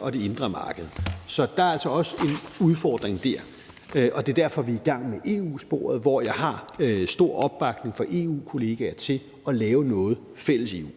og det indre marked – så der er altså også en udfordring der. Det er derfor, vi er i gang med EU-sporet, hvor jeg har stor opbakning fra EU-kollegaer til at lave noget fælles i EU.